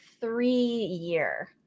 three-year